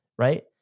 right